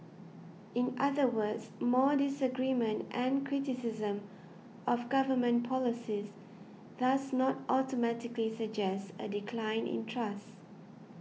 in other words more disagreement and criticism of government policies does not automatically suggest a decline in trust